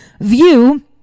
view